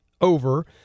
over